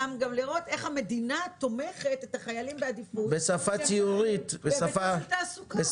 גם לראות איך המדינה תומכת את החיילים בעדיפות בהיבט של תעסוקה.